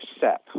set